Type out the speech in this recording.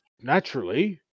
Naturally